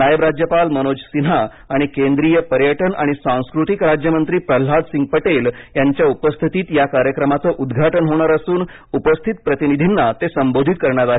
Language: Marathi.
नायब राज्यपाल मनोज सिन्हा आणि केंद्रीय पर्यटन आणि सांस्कृतिक राज्यमंत्री प्रल्हादसिंग पटेल यांच्या उपस्थितीत या कार्यक्रमाचं उद्घाटन होणार असून उपस्थित प्रतिनिधींना ते संबोधित करणार आहेत